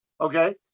Okay